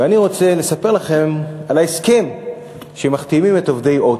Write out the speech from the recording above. ואני רוצה לספר לכם על ההסכם שמחתימים עליו את עובדי "הוט",